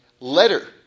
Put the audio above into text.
letter